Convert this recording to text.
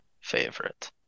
favorite